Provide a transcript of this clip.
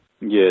Yes